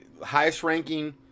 highest-ranking